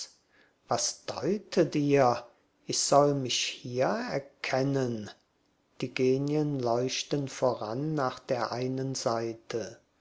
was deutet ihr ich soll mich hier erkennen die genien leuchten voran nach der einen seite